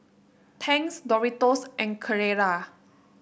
Tangs Doritos and Carrera